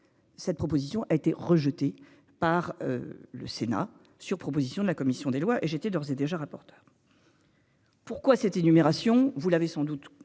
Cette proposition a été rejetée par. Le Sénat sur proposition de la commission des lois et j'étais d'ores et déjà rapporteur.-- Pourquoi cette énumération, vous l'avez sans doute compris